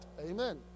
Amen